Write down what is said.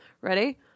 Ready